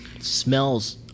smells